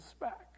back